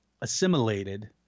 assimilated